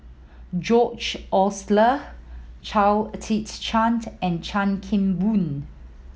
George Oehler Chao Tzee Cheng and Chan Kim Boon